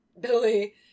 Billy